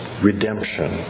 redemption